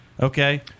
Okay